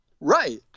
Right